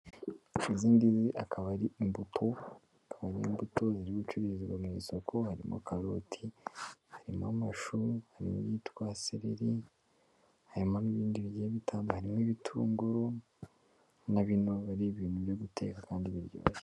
Izi ngizi akaba ari imbuto, akaba ari imbuto ziri gucuruzizwa mu isoko, harimo karoti, harimo amashu, harimo ibyitwa sereri, harimo n'ibindi bigiye bitandukanye, harimo ibitunguru, na bino biba ari ibintu byo guteka kandi biryoshye.